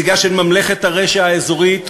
נציגה של ממלכת הרשע האזורית,